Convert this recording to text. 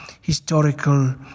historical